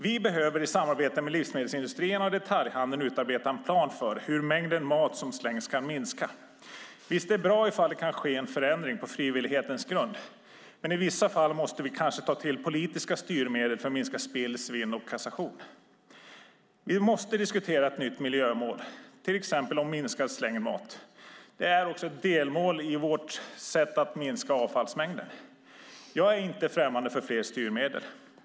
Vi behöver i samarbete med livsmedelindustrin och detaljhandeln utarbeta en plan för hur mängden mat som slängs kan minska. Visst är det bra ifall det kan ske en förändring på frivillighetens grund, men i vissa fall måste vi kanske ta till politiska styrmedel för att minska spill, svinn och kassation. Vi måste diskutera ett nytt miljömål, till exempel om minskad mängd slängd mat. Det är också ett delmål för att minska avfallsmängden. Jag är inte främmande för fler styrmedel.